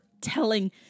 telling